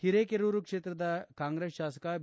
ಹೀರೇಕೆರೂರು ಕ್ಷೇತ್ರದ ಕಾಂಗ್ರೆಸ್ ಶಾಸಕ ಬಿ